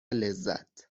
لذت